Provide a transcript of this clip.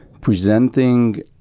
presenting